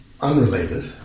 unrelated